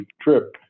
trip